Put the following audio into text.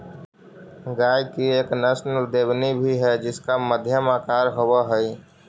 गाय की एक नस्ल देवनी भी है जिसका मध्यम आकार होवअ हई